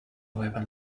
weapon